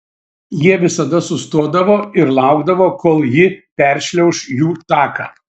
jie visada sustodavo ir laukdavo kol ji peršliauš jų taką